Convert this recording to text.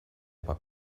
aber